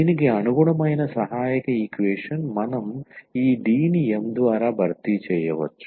దీనికి అనుగుణమైన సహాయక ఈక్వేషన్ మనం ఈ D ని m ద్వారా భర్తీ చేయవచ్చు